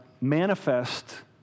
manifest